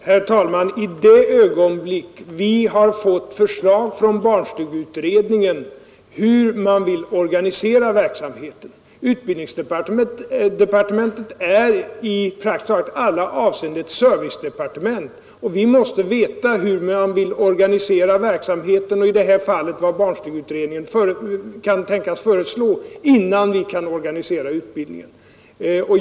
Herr talman! Mitt svar på denna fråga är: I det ögonblick vi har fått förslag från barnstugeutredningen beträffande verksamhetens organisation. Utbildningsdepartementet är i praktiskt taget alla avseenden ett servicedepartement. Vi måste veta hur barnstugeutredningen vill organisera verksamheten, innan vi kan lägga fram förslag.